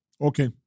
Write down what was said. Okay